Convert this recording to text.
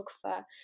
photographer